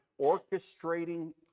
orchestrating